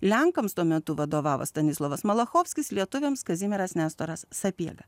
lenkams tuo metu vadovavo stanislovas malachovskis lietuviams kazimieras nestoras sapiega